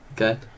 Okay